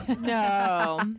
No